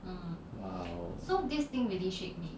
!wow!